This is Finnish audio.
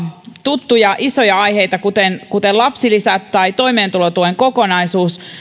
tuttuja isoja aiheita kuten lapsilisät tai toimeentulotuen kokonaisuus